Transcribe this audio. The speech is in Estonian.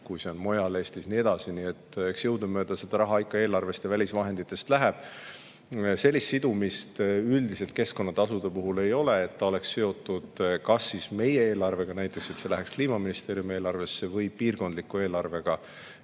kui see on mujal Eestis. Ja nii edasi. Nii et eks jõudumööda seda raha eelarvest ja välisvahenditest läheb. Sellist sidumist üldiselt keskkonnatasude puhul ei ole, et see oleks seotud kas siis meie eelarvega – et see läheks Kliimaministeeriumi eelarvesse – või piirkondliku eelarvega.